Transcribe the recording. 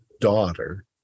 daughter